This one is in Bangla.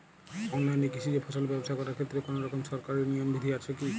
অনলাইনে কৃষিজ ফসল ব্যবসা করার ক্ষেত্রে কোনরকম সরকারি নিয়ম বিধি আছে কি?